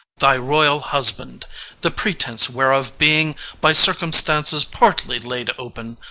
thy royal husband the pretence whereof being by circumstances partly laid open,